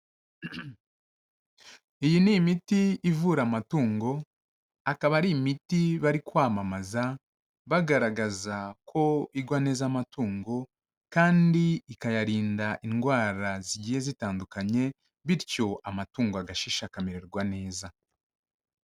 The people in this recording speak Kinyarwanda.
Iyi ni imiti ivura amatungo, akaba ari imiti bari kwamamaza bagaragaza ko igwa neza amatungo kandi ikayarinda indwara zigiye zitandukanye bityo amatungo agashisha, akamererwa neza.